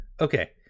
Okay